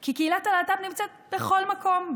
כי קהילת הלהט"ב נמצאת בכל מקום,